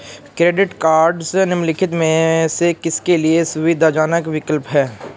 Credit cards निम्नलिखित में से किसके लिए सुविधाजनक विकल्प हैं?